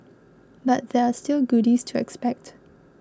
but there are still goodies to expect